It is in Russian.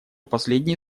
последние